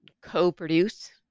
co-produce